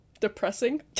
Depressing